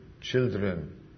children